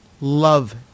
Love